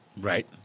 right